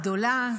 גדולה,